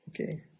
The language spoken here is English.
Okay